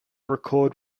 record